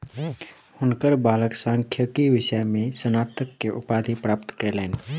हुनकर बालक सांख्यिकी विषय में स्नातक के उपाधि प्राप्त कयलैन